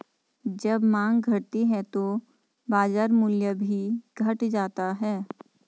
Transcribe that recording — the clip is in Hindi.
जब माँग घटती है तो बाजार मूल्य भी घट जाता है